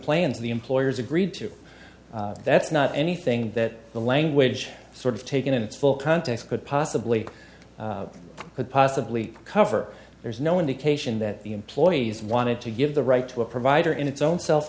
of the employers agreed to that's not anything that the language sort of taken in its full context could possibly could possibly cover there's no indication that the employees wanted to give the right to a provider in its own self